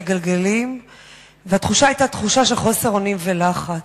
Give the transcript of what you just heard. גלגלים והתחושה היתה תחושה של חוסר אונים ולחץ.